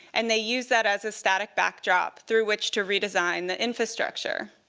and they use that as a static backdrop through which to redesign the infrastructure.